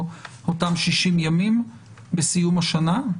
אותם 60 ימים בסיום השנה?